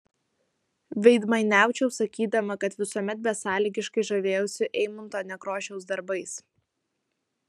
veidmainiaučiau sakydama kad visuomet besąlygiškai žavėjausi eimunto nekrošiaus darbais